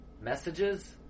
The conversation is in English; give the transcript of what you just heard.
messages